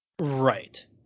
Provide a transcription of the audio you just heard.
Right